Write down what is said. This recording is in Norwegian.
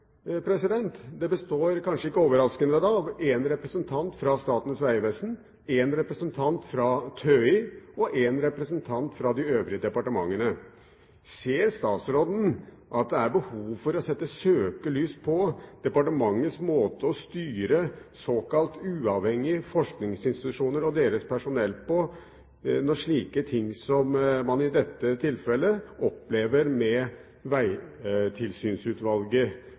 kanskje ikke overraskende av én representant fra Statens vegvesen, én representant fra TØI og én representant fra de øvrige departementene. Ser statsråden at det er behov for å sette søkelys på departementets måte å styre såkalt uavhengige forskningsinstitusjoner og deres personell på, når slikt, som man i dette tilfellet opplever med